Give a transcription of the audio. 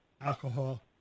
alcohol